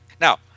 Now